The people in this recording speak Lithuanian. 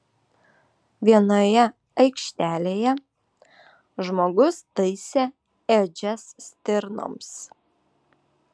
vienoje aikštelėje žmogus taisė ėdžias stirnoms